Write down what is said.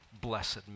blessed